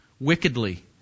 wickedly